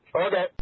Okay